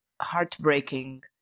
heartbreaking